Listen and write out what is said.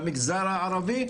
למגזר הערבי,